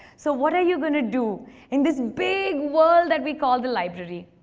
so what are you going to do in this big world we call the library?